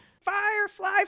firefly